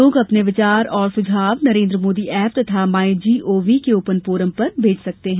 लोग अपने विचार और सुझाव नरेन्द्र मोदी ऐप तथा माई जीओवी के ओपन फोरम पर भेज सकते हैं